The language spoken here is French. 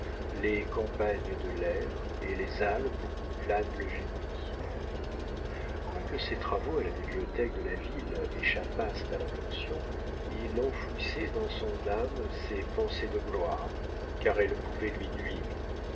les campagnes de l'air et les alpes où plane le génie quoique ses travaux à la bibliothèque de la ville échappassent à l'attention il enfouissait dans son âme ses pensées de gloire car elles pouvaient lui nuire